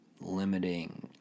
limiting